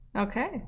Okay